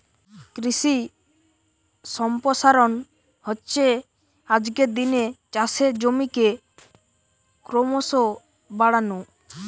কৃষি সম্প্রসারণ হচ্ছে আজকের দিনে চাষের জমিকে ক্রোমোসো বাড়ানো